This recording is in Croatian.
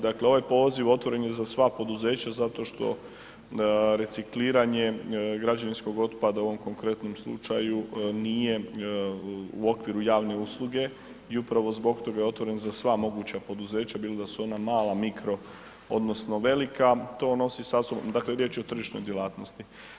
Dakle, ovaj poziv otvoren je za sva poduzeća zato što recikliranje građevinskog otpada u ovom konkretnom slučaju nije u okviru javne usluge i upravo zbog toga je otvoren za sva moguća poduzeća bilo da su ona malo mikro odnosno velika, to nosi sa sobom, dakle riječ je o tržišnoj djelatnosti.